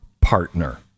partner